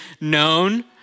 known